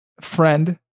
friend